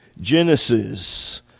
Genesis